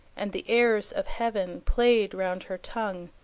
and the airs of heaven played round her tongue,